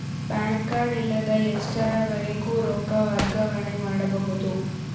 PAN card ಇಲ್ಲದ ಎಷ್ಟರವರೆಗೂ ರೊಕ್ಕ ವರ್ಗಾವಣೆ ಮಾಡಬಹುದು?